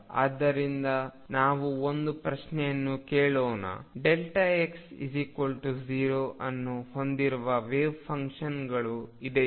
ಆದ್ದರಿಂದ ನಾವು ಒಂದು ಪ್ರಶ್ನೆಯನ್ನು ಕೇಳೋಣ x0 ಅನ್ನು ಹೊಂದಿರುವ ವೆವ್ಫಂಕ್ಷನ್ಗಳು ಇದೆಯೇ